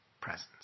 presence